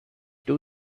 two